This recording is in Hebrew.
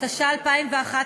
התשע"א 2011,